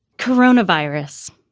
corona virus.